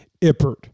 Ippert